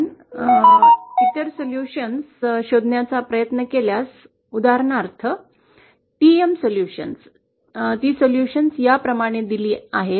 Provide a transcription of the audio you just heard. आपण इतर निराकरण शोधण्याचा प्रयत्न केल्यास उदाहरणार्थ TM सोल्यूशन्स ती सोल्यूशन्स या प्रमाणे दिले आहेत